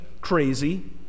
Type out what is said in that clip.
crazy